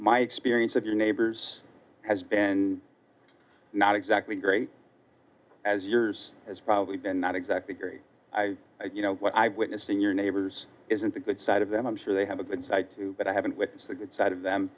my experience of your neighbors has been not exactly great as yours has probably been not exactly you know what i've witnessed in your neighbors isn't the good side of them i'm sure they have a good side too but i haven't with the good side of them